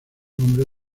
nombre